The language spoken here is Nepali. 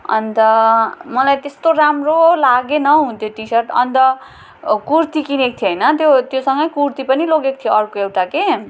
अन्त मलाई त्यस्तो राम्रो लागेन हौ त्यो टिसर्ट अन्त कुर्ती किनेको थिएँ होइन त्यो सँगै कुर्ती पनि लगेको थिएँ अर्को एउटा कि